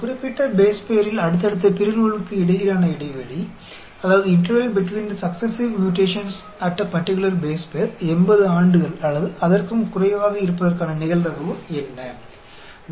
क्या प्रोबेबिलिटी है कि एक विशेष बेस पेयर में क्रमिक म्यूटेशन के बीच का अंतराल 80 साल या उससे कम है